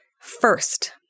First